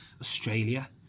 Australia